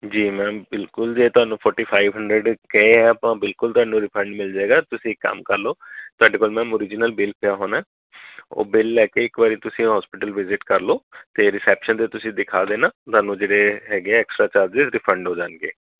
ਜੀ ਮੈਮ ਬਿਲਕੁਲ ਜੇ ਤੁਹਾਨੂੰ ਫੌਰਟੀ ਫਾਇਵ ਹਨ੍ਡਰ੍ਡ ਗਏ ਆ ਆਪਾਂ ਬਿਲਕੁਲ ਤੁਹਾਨੂੰ ਰਿਫੰਡ ਮਿਲ ਜਾਏਗਾ ਤੁਸੀਂ ਕੰਮ ਕਰ ਲਓ ਤੁਹਾਡੇ ਕੋਲ ਮੈਂ ਓਰੀਜਨਲ ਬਿੱਲ ਪਿਆ ਹੋਣਾ ਉਹ ਬਿੱਲ ਲੈ ਕੇ ਇੱਕ ਵਾਰੀ ਤੁਸੀਂ ਹੋਸਪਿਟਲ ਵਿਜਿਟ ਕਰ ਲਓ ਤੇ ਰਿਸੈਪਸ਼ਨ ਦੇ ਤੁਸੀਂ ਦਿਖਾ ਦੇਣਾ ਤੁਹਾਨੂੰ ਜਿਹੜੇ ਹੈਗੇ ਆ ਏਕ੍ਸਟ੍ਰਾ ਚਾਰ੍ਜਿਸ ਰਿਫੰਡ ਹੋ ਜਾਣਗੇ